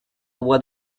what